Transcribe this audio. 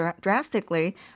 drastically